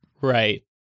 Right